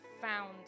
found